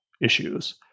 issues